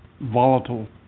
volatile